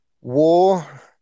war